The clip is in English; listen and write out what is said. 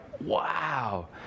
wow